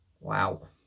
wow